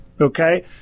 Okay